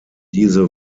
diese